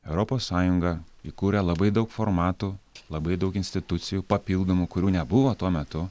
europos sąjunga įkūrė labai daug formatų labai daug institucijų papildomų kurių nebuvo tuo metu